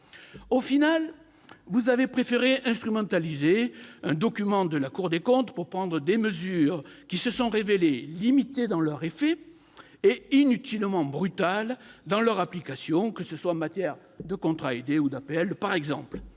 définitive, vous avez préféré instrumentaliser un document de la Cour des comptes pour prendre des mesures qui se sont révélées limitées dans leurs effets et inutilement brutales dans leur application, que ce soit en matière de contrats aidés ou d'aides